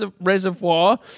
reservoir